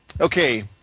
Okay